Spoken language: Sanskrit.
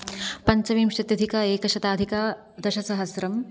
पञ्चविंशत्यधिक एकशताधिकदशसहस्रम्